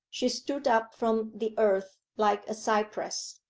she stood up from the earth like a cypress.